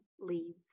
leads